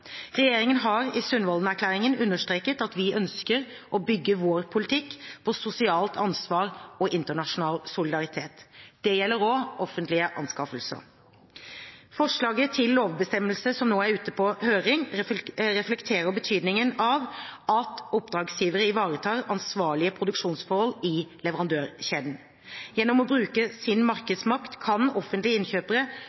Regjeringen har i Sundvolden-erklæringen understreket at vi ønsker å bygge vår politikk på sosialt ansvar og internasjonal solidaritet. Det gjelder også offentlige anskaffelser. Forslaget til lovbestemmelse, som nå er ute på høring, reflekterer betydningen av at oppdragsgivere ivaretar ansvarlige produksjonsforhold i leverandørkjeden. Gjennom å bruke sin markedsmakt kan offentlige innkjøpere